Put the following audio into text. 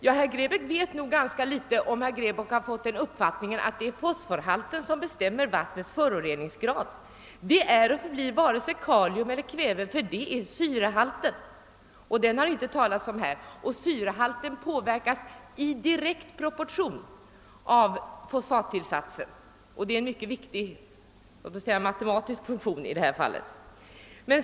Ja, herr Grebäck vet nog ganska litet, om han har fått den uppfattningen att det bara är fosfathalten som bestämmer vattnets föroreningsgrad. Det är och förblir varken kalium eller kväve i första hand, utan det är syrehalten, och den har det inte talats om här. Syrehalten påverkas däremot direkt av fosfattillsatsen. Denna har en mycket viktig funktion i detta fall.